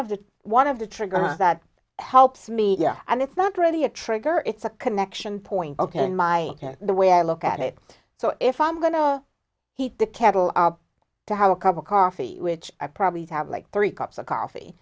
of the one of the triggers that helps me and it's not really a trigger it's a connection point ok in my head the way i look at it so if i'm going to heat the kettle to have a cup of coffee which i probably have like three cups of coffee